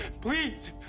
Please